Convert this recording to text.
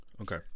Okay